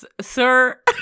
sir